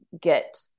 get